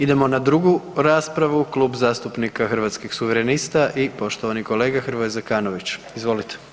Idemo na drugu raspravu, Klub zastupnika Hrvatskih suverenista i poštovani kolega Hrvoje Zekanović, izvolite.